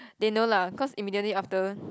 they know lah cause immediately after